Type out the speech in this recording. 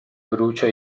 brucia